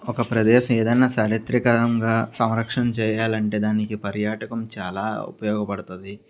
ఒక ప్రదేశం ఏదైనా చారిత్రకంగా సంరక్షణ చేయాలంటే దానికి పర్యాటకం చాలా ఉపయోగపడుతుంది